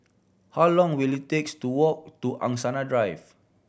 how long will it takes to walk to Angsana Drive